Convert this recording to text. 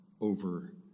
over